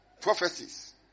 prophecies